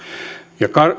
ja